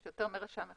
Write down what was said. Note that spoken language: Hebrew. יש יותר מרשם אחד.